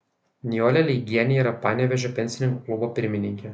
nijolė leigienė yra panevėžio pensininkų klubo pirmininkė